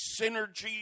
synergy